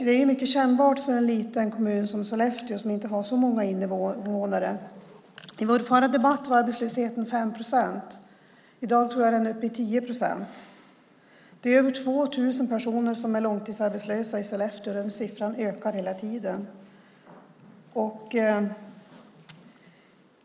Det är mycket kännbart för en liten kommun som Sollefteå som inte har så många invånare. I vår förra debatt var arbetslösheten 5 procent. I dag tror jag att den är uppe i 10 procent. Det är över 2 000 personer som är långtidsarbetslösa i Sollefteå, och den siffran ökar hela tiden.